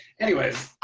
anyways.